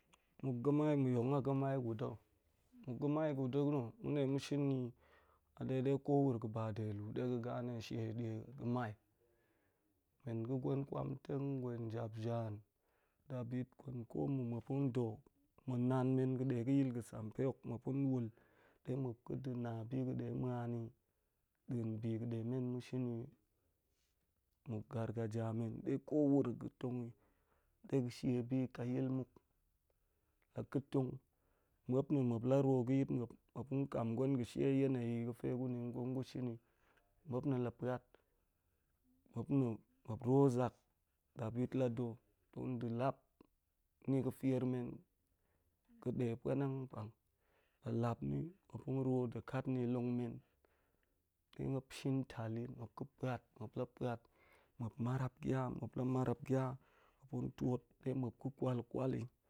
Ga̱mai guda̱ mu de ma̱ shin ni de ko wura̱ ga̱ ba deluu de ga̱ gane she ga̱ shie die ga̱ mai, men ga̱ gwen kwamteng, jap-jan, dabit kun ko, mma muop tong nda̱ ko nga̱yil ga̱ sampe, pe muop tong wul, de muop tong na bi ga̱ de tong muan ni da̱en bi ga̱ de men na shin ni muk gargaja men ɗe ko wuro ga̱ tong ni de ga̱ shi bi ka yil muk muep na̱, ga̱ shie yeneyi ga̱fe gun nde gu shin ni, muop na̱ la̱ puat, muop ruo zak, dabit la̱ da̱, nda̱ lap ni ga̱ de puanang npang, ga̱ lap ni, muop nruo de ni long men pe muop shin tal wel muop ga̱ puat, muop la̱ puat, muop marap gya, muop la̱ marap gya muop tong tuot de ma̱ kwal kwal i.